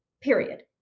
period